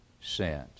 sent